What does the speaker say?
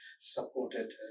supported